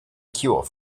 cure